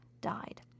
died